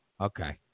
Okay